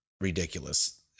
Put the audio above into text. ridiculous